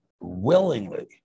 willingly